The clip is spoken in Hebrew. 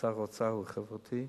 שר האוצר הוא חברתי.